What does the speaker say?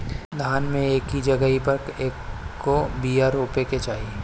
धान मे एक जगही पर कएगो बिया रोपे के चाही?